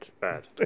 Bad